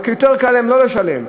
רק יותר קל להם לא לשלם.